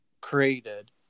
created